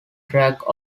track